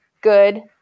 Good